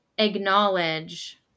acknowledge